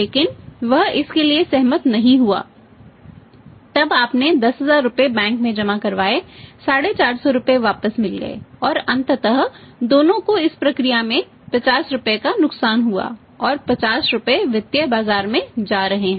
लेकिन वह इसके लिए सहमत नहीं हुआ तब आपने 10000 रुपये बैंक में जमा करवाए 450 रुपये वापस मिल गए और अंततः दोनों को इस प्रक्रिया में 50 रुपये का नुकसान हुआ और 50 रुपये वित्तीय बाजार में जा रहे हैं